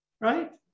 Right